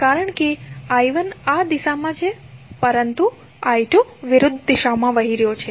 કારણ કે I1 આ દિશામાં છે પરંતુ I2 વિરુદ્ધ દિશામાં વહી રહ્યો છે